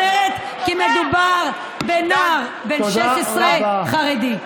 והמדינה לא עוצרת, כי מדובר בנער בן 16, חרדי.